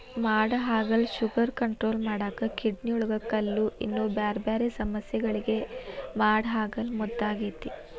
ಮಾಡಹಾಗಲ sugar control ಮಾಡಾಕ, ಕಿಡ್ನಿಯೊಳಗ ಕಲ್ಲು, ಇನ್ನೂ ಬ್ಯಾರ್ಬ್ಯಾರೇ ಸಮಸ್ಯಗಳಿಗೆ ಮಾಡಹಾಗಲ ಮದ್ದಾಗೇತಿ